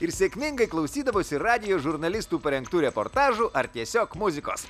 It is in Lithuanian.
ir sėkmingai klausydavosi radijo žurnalistų parengtų reportažų ar tiesiog muzikos